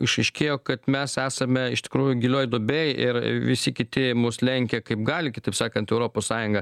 išaiškėjo kad mes esame iš tikrųjų gilioj duobėj ir visi kiti mus lenkia kaip gali kitaip sakant europos sąjungą